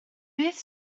beth